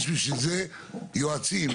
בשביל זה יש יועצים.